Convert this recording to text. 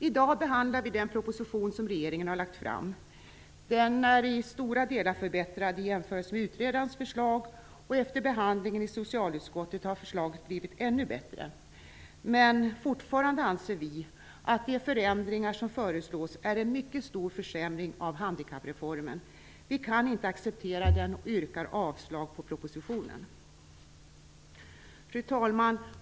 I dag behandlar vi den proposition som regeringen har lagt fram. Den är i stora delar förbättrad i jämförelse med utredarens förslag, och efter behandlingen i socialutskottet har förslaget blivit ännu bättre, men fortfarande anser vi att de förändringar som föreslås är en mycket stor försämring av handikappreformen. Vi kan inte acceptera den och yrkar därför avslag på propositionen. Fru talman!